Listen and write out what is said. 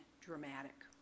dramatic